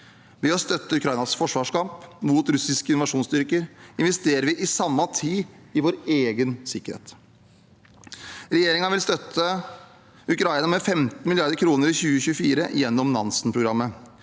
Ved å støtte Ukrainas forsvarskamp mot russiske invasjonsstyrker investerer vi på samme tid i vår egen sikkerhet. Regjeringen vil støtte Ukraina med 15 mrd. kr i 2024 gjennom Nansen-programmet.